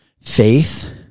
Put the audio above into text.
faith